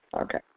Okay